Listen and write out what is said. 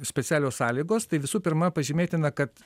specialios sąlygos tai visų pirma pažymėtina kad